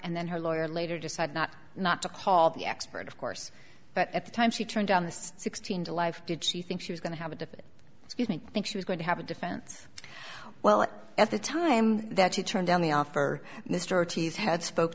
and then her lawyer later decide not not to call the expert of course but at the time she turned down the sixteen to life did she think she was going to have a different think she was going to have a defense well at the time that she turned down the offer mr t s had spoke